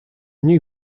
new